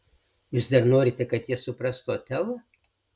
jūs dar norite kad jie suprastų otelą